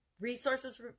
resources